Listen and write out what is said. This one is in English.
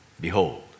Behold